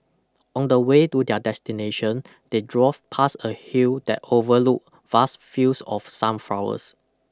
On the way to their destination they drove past a hill that overlooked vast fields of sunflowers